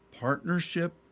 partnership